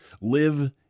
live